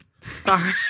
Sorry